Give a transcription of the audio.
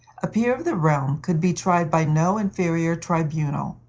a peer of the realm could be tried by no inferior tribunal.